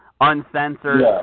Uncensored